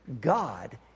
God